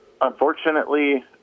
unfortunately